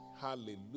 Hallelujah